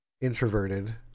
introverted